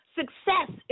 success